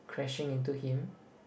crashing into him